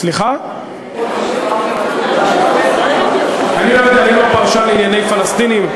אני לא יודע, אני לא פרשן לענייני פלסטינים.